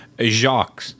jacques